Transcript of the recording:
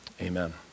amen